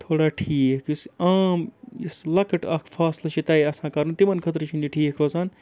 تھوڑا ٹھیٖک یُس عام یُس لۄکٕٹ اکھ فاصلہٕ چھِ تَے آسان کَرُن تِمَن خٲطرٕ چھُنہٕ یہِ ٹھیٖک روزان